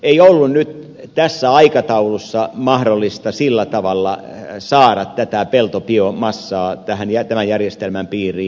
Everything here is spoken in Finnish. ei ollut nyt tässä aikataulussa mahdollista sillä tavalla saada tätä peltobiomassaa tämän järjestelmän piiriin